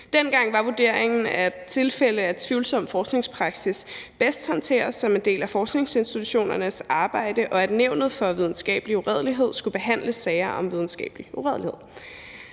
Dengang var vurderingen, at tilfælde af tvivlsom forskningspraksis bedst håndteres som en del af forskningsinstitutionernes arbejde, og at Nævnet for Videnskabelig Uredelighed skulle behandle sager om videnskabelig uredelighed